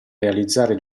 realizzare